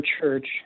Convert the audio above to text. church